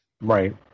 Right